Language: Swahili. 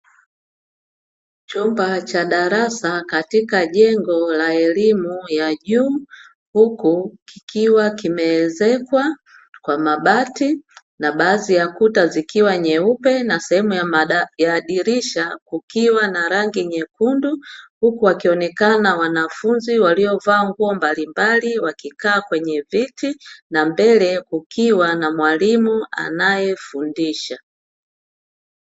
Chumba cha darasa katika jengo la elimu ya juu. Huku kikiwa kimeezekwa kwa mabati na baadhi ya kuta zikiwa nyeupe na sehemu ya dirisha kukiwa na rangi nyekundu, huku wakionekana wanafunzi waliovaa nguo mbalimbali, wakikaa kwenye viti na mbele kukiwa na mwalimu anayefundisha.